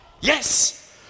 yes